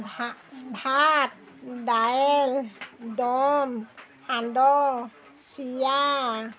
ভা ভাত দাইল দম সান্দহ চিৰা